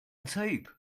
tape